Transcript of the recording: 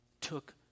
took